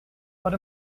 what